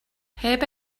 heb